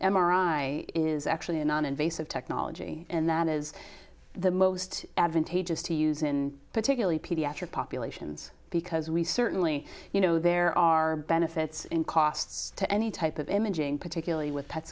i is actually a noninvasive technology and that is the most advantageous to use in particularly pediatric populations because we certainly you know there are benefits in costs to any type of imaging particularly with pet